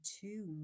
two